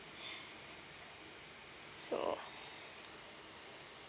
so